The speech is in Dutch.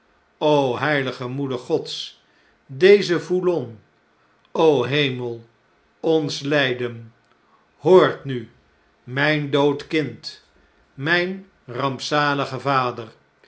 heilige moeder gods deze foulon hemel ons lflden hoort nu mjjn dood kind mjjn rampzalige vader